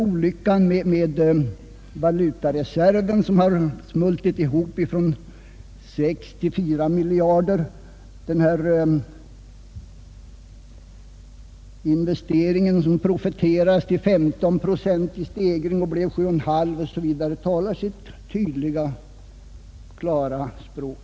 Olyckan med valutareserven, som har smultit ihop från sex till fyra miljarder, investeringsökningen som profeterades till 15 procent och blev 7,5 procent osv. talar sitt tydliga och klara språk.